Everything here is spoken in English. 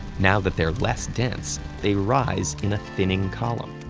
now that they're less dense, they rise in a thinning column.